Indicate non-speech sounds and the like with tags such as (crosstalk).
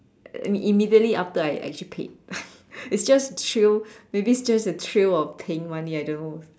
immediately after I actually paid (laughs) it's just thrill maybe it's just thrill of paying money I don't know